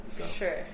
Sure